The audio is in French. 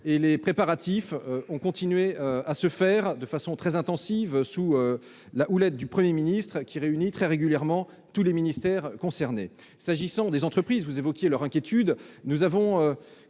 Les préparatifs ont continué à se faire de façon intensive sous la houlette du Premier ministre, qui réunit très régulièrement tous les ministères concernés. S'agissant des entreprises, dont vous évoquez les inquiétudes, nous avons